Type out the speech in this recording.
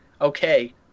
okay